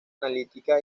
analítica